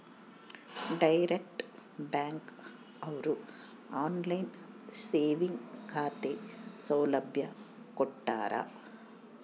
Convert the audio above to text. direct bank ಅವ್ರು online saving ಖಾತೆ ಸೌಲಭ್ಯ ಕೊಟ್ಟಾರ